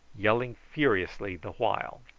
yelling furiously the while.